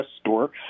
store